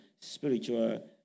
spiritual